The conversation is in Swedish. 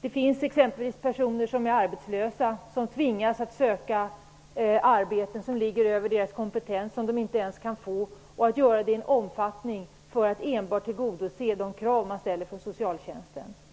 Det finns exempelvis arbetslösa som tvingas att söka arbeten som ligger över deras kompetens och som de inte ens kan få, enbart för att tillgodose de krav som ställs inom socialtjänsten.